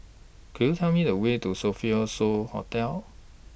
Could YOU Tell Me The Way to Sofitel So Hotel